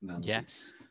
Yes